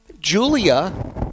Julia